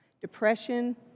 Depression